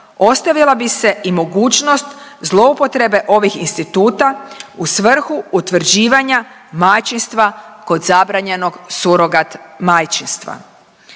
ostavila bi se i mogućnost zloupotrebe ovih instituta u svrhu utvrđivanja majčinstva kod zabranjenog surogat majčinstva.